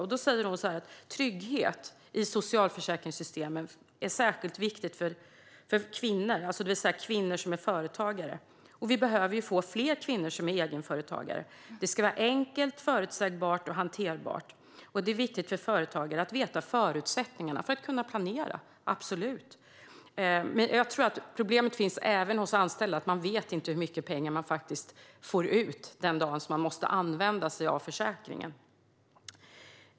Hon säger att trygghet i socialförsäkringssystemen är särskilt viktigt för kvinnor, det vill säga kvinnor som är företagare, och att vi behöver få fler kvinnor som är egenföretagare. Hon säger vidare: "Det ska vara enkelt, förutsägbart och hanterbart. Det är viktigt för företagare att veta förutsättningarna och att kunna planera." Jag tror att även anställda har problemet att man inte vet hur mycket pengar man faktiskt får ut den dag som man måste använda sig av försäkringen.